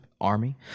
Army